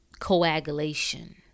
Coagulation